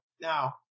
Now